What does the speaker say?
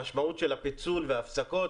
המשמעות של הפיצול וההפסקות,